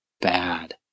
bad